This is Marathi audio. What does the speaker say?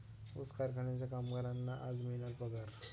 ऊस कारखान्याच्या कामगारांना आज मिळणार पगार